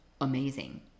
amazing